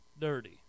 dirty